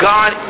God